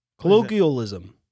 colloquialism